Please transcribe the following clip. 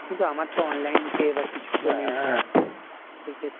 কিন্তু আমার তো অনলাইন পে বা কিছু তো নেই সে ক্ষেত্রে